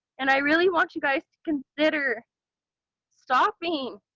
and i really want you guys to consider stopping,